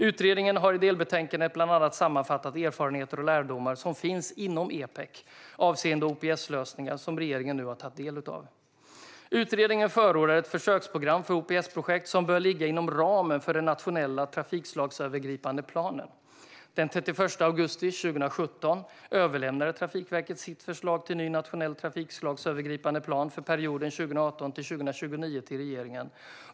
Utredningen har i delbetänkandet bland annat sammanfattat erfarenheter och lärdomar som finns inom Epec avseende OPS-lösningar, som regeringen nu har tagit del av. Utredningen förordar ett försöksprogram för OPS-projekt som bör ligga inom ramen för den nationella trafikslagsövergripande planen. Den 31 augusti 2017 överlämnade Trafikverket sitt förslag till ny nationell trafikslagsövergripande plan för perioden 2018-2029 till regeringen.